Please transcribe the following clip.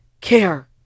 care